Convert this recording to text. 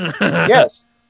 Yes